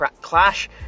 clash